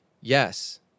Yes